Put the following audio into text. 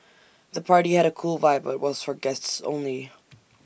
the party had A cool vibe but was for guests only